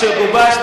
כשגובש,